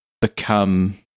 become